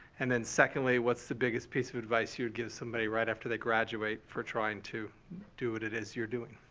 and then secondly, what's the biggest piece of advice you would give somebody right after they graduate for trying to do what it is you're doing?